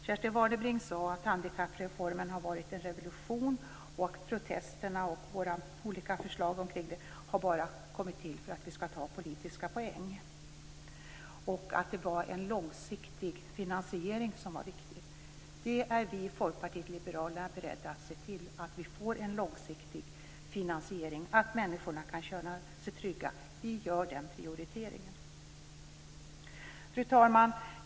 Kerstin Warnerbring sade att handikappreformen har varit en revolution och att protesterna och våra förslag bara kommit till för att vi skall ta politiska poäng. Hon sade också att det är en långsiktig finansiering som är viktig. En sådan är vi i Folkpartiet liberalerna beredda att se till att vi får, så att människorna kan känna sig trygga. Vi gör den prioriteringen. Fru talman!